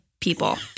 people